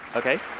okay?